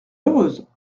heureuse